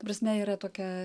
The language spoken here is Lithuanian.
ta prasme yra tokia